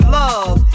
love